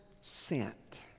sent